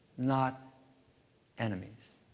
not enemies.